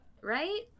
Right